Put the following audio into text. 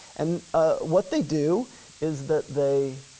and ah what they do is that they